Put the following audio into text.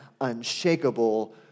unshakable